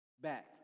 back